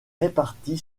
répartie